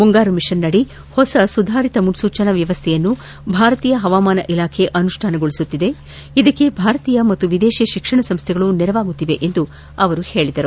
ಮುಂಗಾರು ಮಿಷನ್ನಡಿ ಹೊಸ ಸುಧಾರಿತ ಮುನ್ನೂಚನಾ ವ್ಯವಸ್ಥೆಯನ್ನು ಭಾರತೀಯ ಹವಾಮಾನ ಇಲಾಖೆ ಅನುಷ್ಠಾನ ಗೊಳಿಸುತ್ತಿದೆ ಇದಕ್ಕೆ ಭಾರತೀಯ ಮತ್ತು ವಿದೇಶಿ ಶಿಕ್ಷಣ ಸಂಸ್ಥೆಗಳು ನೆರವಾಗುತ್ತಿವೆ ಎಂದು ಹೇಳಿದರು